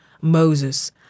Moses